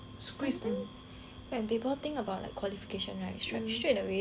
and people think about the qualification right straight away they will think like err